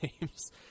names